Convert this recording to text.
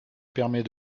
permet